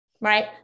right